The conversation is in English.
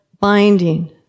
binding